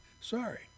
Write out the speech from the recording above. Sorry